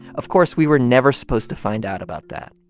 of course we were never supposed to find out about that.